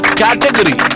category